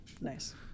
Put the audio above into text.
Nice